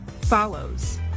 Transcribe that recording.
follows